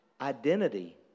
identity